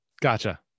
Gotcha